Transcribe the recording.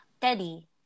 Teddy